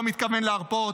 לא מתכוון להרפות,